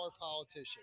politician